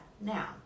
now